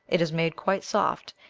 it is made quite soft,